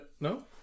no